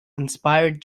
inspired